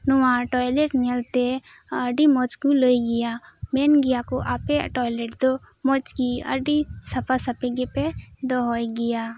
ᱱᱚᱶᱟ ᱴᱚᱭᱞᱮᱴ ᱧᱮᱞ ᱛᱮ ᱟᱹᱰᱤ ᱢᱚᱸᱡᱽ ᱠᱚ ᱞᱟᱹᱭ ᱜᱮᱭᱟ ᱢᱮᱱ ᱜᱮᱭᱟ ᱠᱚ ᱟᱯᱮᱭᱟᱜ ᱴᱚᱭᱞᱮᱴ ᱫᱚ ᱢᱚᱸᱡᱽ ᱜᱮ ᱟᱹᱰᱤ ᱥᱟᱯᱟ ᱥᱟᱹᱯᱤ ᱜᱮᱯᱮ ᱫᱚᱦᱚᱭ ᱜᱮᱭᱟ